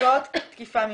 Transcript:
נפגעות תקיפה מינית,